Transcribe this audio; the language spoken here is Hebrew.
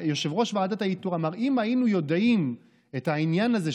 יושב-ראש ועדת האיתור אמר: אם היינו יודעים את העניין הזה,